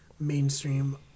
mainstream